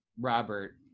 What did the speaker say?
Robert